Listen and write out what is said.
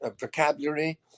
vocabulary